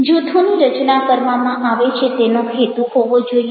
જૂથોની રચના કરવામાં આવે છે તેનો હેતુ હોવો જોઈએ